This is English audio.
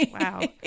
wow